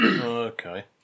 okay